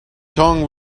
tongue